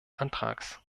antrags